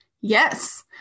yes